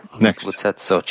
Next